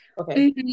Okay